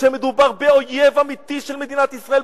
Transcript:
כשמדובר באויב אמיתי של מדינת ישראל,